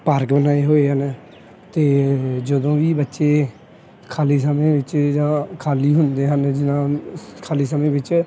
park ਬਣਾਏ ਹੋਏ ਹਨ ਅਤੇ ਜਦੋਂ ਵੀ ਬੱਚੇ ਖਾਲੀ ਸਮੇਂ ਵਿੱਚ ਜਾਂ ਖਾਲੀ ਹੁੰਦੇ ਹਨ ਜਿੱਦਾਂ ਖਾਲੀ ਸਮੇਂ ਵਿੱਚ